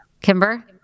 Kimber